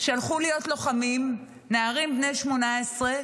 שהלכו להיות לוחמים, נערים בני 18,